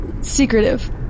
Secretive